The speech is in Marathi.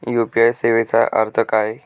यू.पी.आय सेवेचा अर्थ काय?